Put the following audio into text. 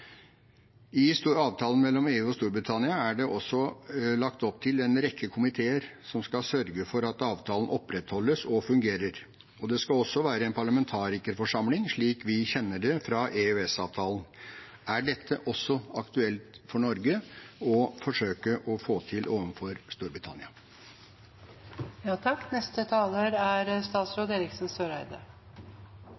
avtalen mellom EU og Storbritannia er det også lagt opp til en rekke komiteer som skal sørge for at avtalen opprettholdes og fungerer, og det skal også være en parlamentarikerforsamling slik vi kjenner det fra EØS-avtalen. Er dette også aktuelt for Norge å forsøke å få til